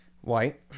White